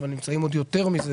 אבל נמצאים עוד יותר מזה